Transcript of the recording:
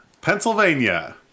Pennsylvania